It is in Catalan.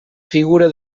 figura